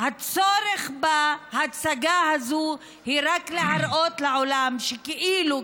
והצורך בהצגה הזאת הוא רק להראות לעולם שכאילו,